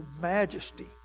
majesty